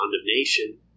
condemnation